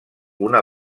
una